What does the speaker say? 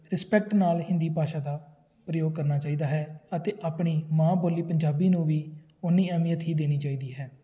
respect ਨਾਲ ਹਿੰਦੀ ਭਾਸ਼ਾ ਦਾ ਪ੍ਰਯੋਗ ਕਰਨਾ ਚਾਹੀਦਾ ਹੈ ਅਤੇ ਆਪਣੀ ਮਾਂ ਬੋਲੀ ਪੰਜਾਬੀ ਨੂੰ ਵੀ ਓਨੀ ਅਹਿਮੀਅਤ ਹੀ ਦੇਣੀ ਚਾਹੀਦੀ ਹੈ